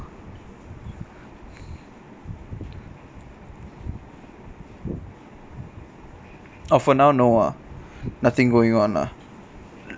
oh for now no ah nothing going on lah